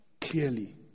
clearly